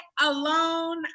alone